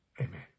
amen